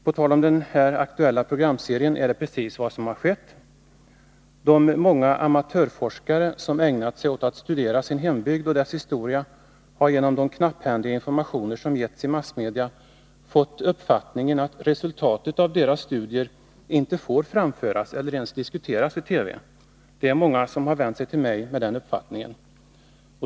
På tal om den här aktuella programserien är det precis vad som har skett. De många amatörforskare som har ägnat sig åt att studera sin hembygd och dess historia har genom de knapphändiga informationer som getts i massmedia fått uppfattningen att resultatet av deras studier inte får framföras eller ens diskuteras i TV. Det är många som har vänt sig till mig och framfört den uppfattningen.